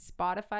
Spotify